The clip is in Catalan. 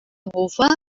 bufa